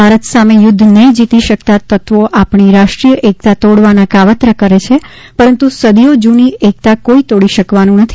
ભારત સામે યુધ્ધ નહિં જીતી શકતા તત્વો આપણી રાષ્ટ્રીય એકતા તોડવાના કાવતરાં કરે છે પરંતુ સદીઓ જૂની એકતા કોઇ તોડી શકવાનું નથી